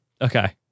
Okay